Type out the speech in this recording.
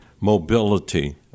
mobility